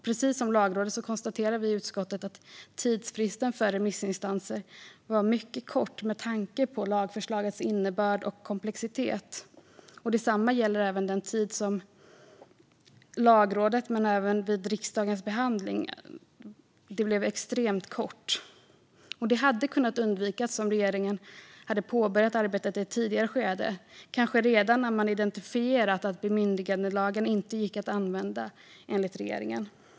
Precis som Lagrådet konstaterar vi i utskottet att tidsfristen för remissinstanser var mycket kort med tanke på lagförslagets innebörd och komplexitet. Detsamma gäller den tid som Lagrådet fick på sig och tiden för riksdagens behandling. Det blev extremt kort. Det hade kunnat undvikas om regeringen hade påbörjat arbetet i ett tidigare skede, kanske redan när man hade identifierat att bemyndigandelagen inte gick använda, enligt regeringen.